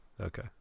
Okay